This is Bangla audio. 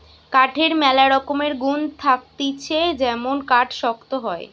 কাঠের ম্যালা রকমের গুন্ থাকতিছে যেমন কাঠ শক্ত হয়